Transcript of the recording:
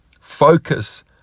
focus